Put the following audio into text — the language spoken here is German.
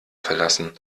verlassen